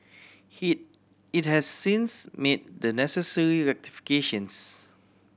he it has since made the necessary rectifications